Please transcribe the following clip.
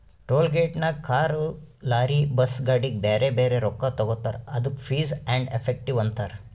toll ಗೇಟ್ನಾಗ್ car, lorry, bus, ಗಾಡಿಗ ಬ್ಯಾರೆ ಬ್ಯಾರೆ ರೊಕ್ಕಾ ತಗೋತಾರ್ ಅದ್ದುಕ ಫೀಸ್ ಆ್ಯಂಡ್ ಎಫೆಕ್ಟಿವ್ ಅಂತಾರ್